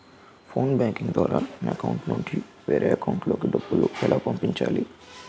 Phone banking ద్వారా నా account నుంచి వేరే అకౌంట్ లోకి డబ్బులు ఎలా పంపించాలి?